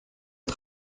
les